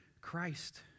Christ